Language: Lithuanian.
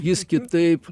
jis kitaip